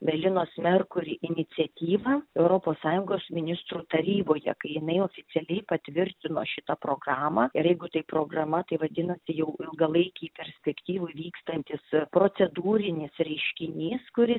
galinos merkur iniciatyva europos sąjungos ministrų taryboje kai jinai oficialiai patvirtino šitą programą ir jeigu tai programa tai vadinasi jau ilgalaikėj perspektyvoj vykstantis procedūrinis reiškinys kuris